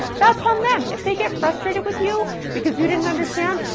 that's on them. if they get frustrated with you because you didn't understand,